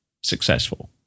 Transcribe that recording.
successful